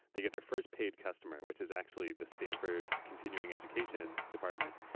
they get their first paid customer which is actually the stanford continuing education department.